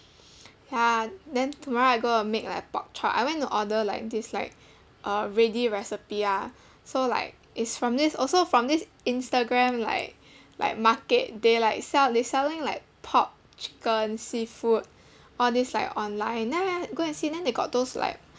ya then tomorrow I go and make like a pork chop I went to order like this like uh ready recipe ah so like it's from this also from this instagram like like market they like sell they selling like pork chicken seafood all these like online then I go and see then they got those like